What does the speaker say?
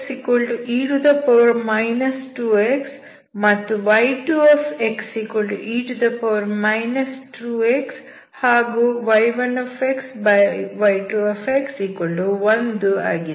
y1e 2x ಮತ್ತು y2e 2x ಹಾಗೂ y1y21 ಆಗಿದೆ